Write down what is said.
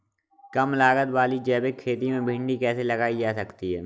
कम लागत वाली जैविक खेती में भिंडी कैसे लगाई जा सकती है?